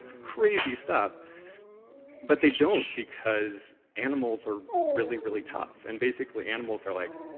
crazy stuff but they don't, because animals are really, really tough, and basically animals are like,